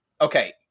Okay